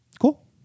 Cool